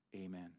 amen